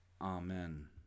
Amen